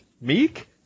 meek